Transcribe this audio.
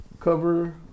cover